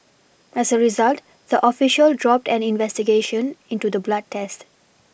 as a result the official dropped an investigation into the blood test